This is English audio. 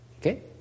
okay